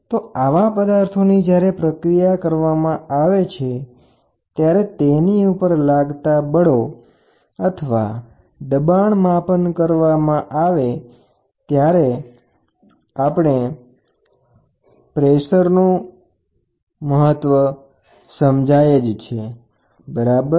તો તમે આવા પદાર્થોની જ્યારે મશીનીંગ પ્રક્રિયા કરો છો અથવા મશીનિંગ કરતી વખતે પદાર્થનું માપન કરો છો પદાર્થનો જે પણ પ્રતિભાવ હોય પછી દબાણનો સિદ્ધાંત સમજવો ખૂબ મહત્વનો છે બરાબર